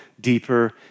deeper